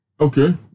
Okay